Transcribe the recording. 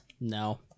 No